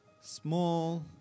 small